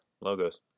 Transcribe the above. logos